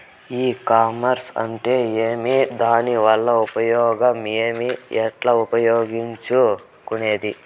ఈ కామర్స్ అంటే ఏమి దానివల్ల ఉపయోగం ఏమి, ఎట్లా ఉపయోగించుకునేది?